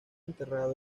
enterrado